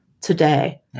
today